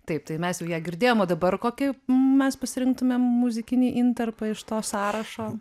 taip tai mes ją girdėjom o dabar kokį mes pasirinktumėm muzikinį intarpą iš to sąrašo